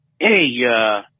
Hey